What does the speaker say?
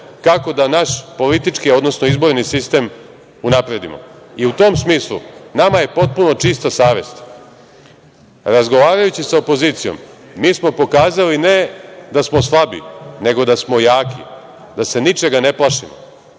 kako da naš politički, odnosno izborni sistem unapredimo.U tom smislu, nama je potpuno čista savest. Razgovarajući sa opozicijom, mi smo pokazali, ne da smo slabi, nego da smo jaki, da se ničega ne plašimo,